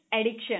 addiction